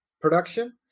production